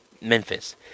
memphis